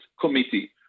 committee